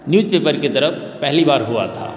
news paper के तरफ पहली बार हुआ था